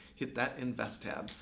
hit that invest tab.